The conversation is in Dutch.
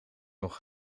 nog